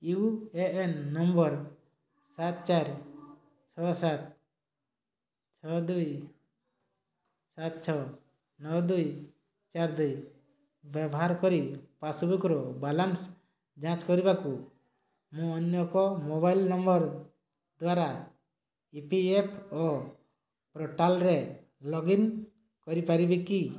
you A N number ସାତ ଚାରି ଛଅ ସାତ ଛଅ ଦୁଇ ସାତ ଛଅ ନଅ ଦୁଇ ଚାରି ଦୁଇ ବ୍ୟବହାର କରି ପାସ୍ବୁକ୍ର ବାଲାନ୍ସ୍ ଯାଞ୍ଚ କରିବାକୁ ମୁଁ ଅନ୍ୟ ଏକ ମୋବାଇଲ୍ ନମ୍ବର ଦ୍ଵାରା ଇ ପି ଏଫ୍ ଓ ପୋର୍ଟାଲ୍ରେ ଲଗ୍ଇନ୍ କରିପାରିବି କି